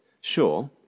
Sure